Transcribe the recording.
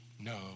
no